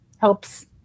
helps